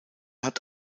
hat